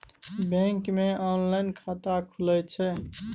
Bank मे online खाता खुले छै?